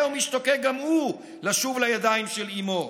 ומשתוקק גם הוא לשוב לידיים של אימו.